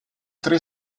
tre